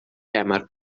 tamar